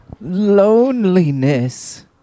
Loneliness